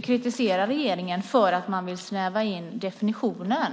kritiserar regeringen för att man vill snäva in definitionen.